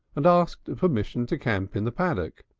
and asked permission to camp in the paddock.